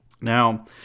Now